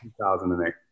2008